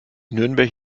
nürnberg